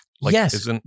yes